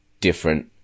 different